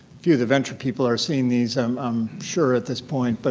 few of the venture people are seeing these i'm sure at this point. but